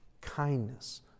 kindness